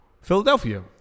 Philadelphia